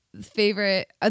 favorite